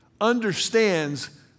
understands